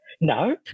No